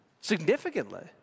Significantly